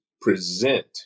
present